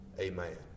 Amen